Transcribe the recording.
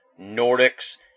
Nordics